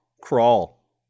crawl